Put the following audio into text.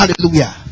Hallelujah